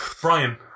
Brian